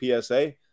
PSA